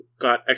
got